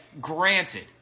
granted